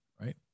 Right